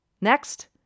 Next